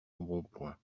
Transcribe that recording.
embonpoint